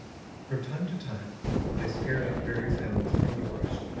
from time to time they scared out various animals from the brush,